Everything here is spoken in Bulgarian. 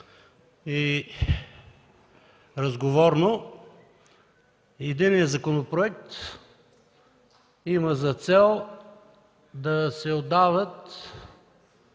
и разговорно – единият законопроект има за цел да се отдават